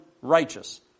righteous